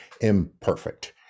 imperfect